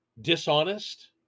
dishonest